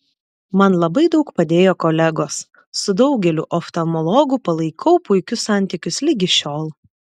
man labai daug padėjo kolegos su daugeliu oftalmologų palaikau puikius santykius ligi šiol